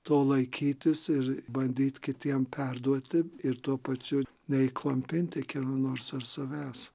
to laikytis ir bandyt kitiem perduoti ir tuo pačiu neįklampinti kieno nors ar savęs